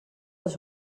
els